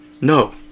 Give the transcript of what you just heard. No